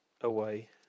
away